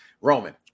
Roman